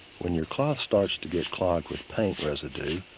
when your cloth starts to get clogged with paint residue,